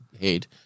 head